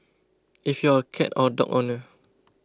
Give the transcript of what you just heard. if you are a cat or dog owner